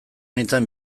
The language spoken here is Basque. nintzen